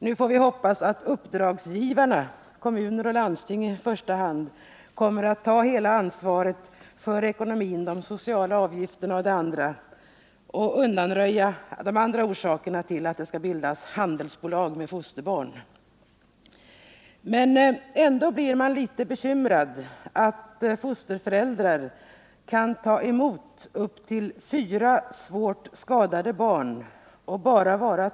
Vi får hoppas att uppdragsgivarna — i första hand kommuner och landsting — tar över hela ansvaret för ekonomin, de sociala avgifterna etc. och därmed undanröjer grunden för bildande av handelsbolag med syfte att bedriva vård av fosterbarn. Det förhållandet att fosterföräldrarna kan få ta emot upp till fyra svårt skadade barn gör mig dock litet bekymrad.